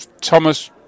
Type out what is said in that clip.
Thomas